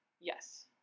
yes